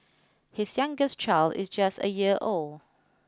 his youngest child is just a year old